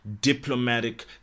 diplomatic